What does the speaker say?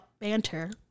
banter